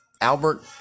Albert